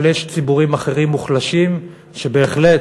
אבל יש ציבורים אחרים מוחלשים שבהחלט